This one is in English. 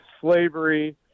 slavery